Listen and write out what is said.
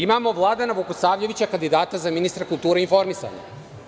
Imamo i Vladana Vukosavljevića, kandidata za ministra kulture i informisanja.